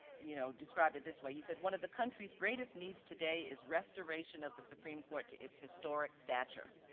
you know described it this way. he said one of the country's greatest needs today is restoration of the supreme court to its historic stature.